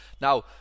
Now